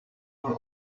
were